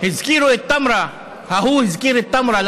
הזכירו את טמרה.